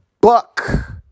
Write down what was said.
buck